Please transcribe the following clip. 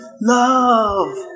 love